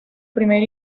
primer